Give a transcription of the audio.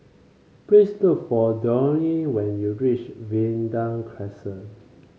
please look for Dwyane when you reach Vanda Crescent